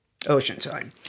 Oceanside